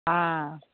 ஆ